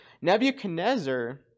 Nebuchadnezzar